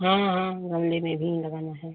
हाँ हाँ गमले में भी लगाना है